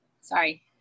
sorry